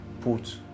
put